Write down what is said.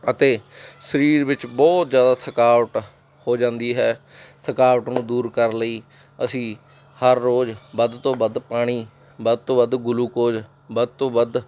ਅਤੇ ਸਰੀਰ ਵਿੱਚ ਬਹੁਤ ਜ਼ਿਆਦਾ ਥਕਾਵਟ ਹੋ ਜਾਂਦੀ ਹੈ ਥਕਾਵਟ ਨੂੰ ਦੂਰ ਕਰਨ ਲਈ ਅਸੀਂ ਹਰ ਰੋਜ਼ ਵੱਧ ਤੋਂ ਵੱਧ ਪਾਣੀ ਵੱਧ ਤੋਂ ਵੱਧ ਗੁਲੂਕੋਜ਼ ਵੱਧ ਤੋਂ ਵੱਧ